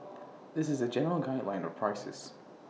this is A general guideline of prices